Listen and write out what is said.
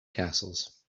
castles